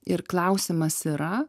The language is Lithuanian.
ir klausimas yra